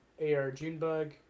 ARJuneBug